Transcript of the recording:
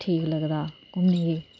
ठीक लगदा घूमने गी